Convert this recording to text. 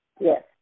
Yes